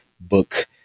book